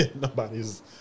nobody's